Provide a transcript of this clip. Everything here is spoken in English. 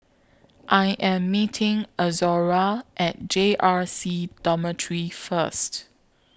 I Am meeting Izora At J R C Dormitory First